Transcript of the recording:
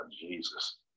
Jesus